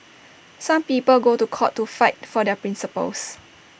some people go to court to fight for their principles